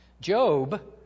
Job